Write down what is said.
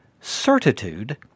Certitude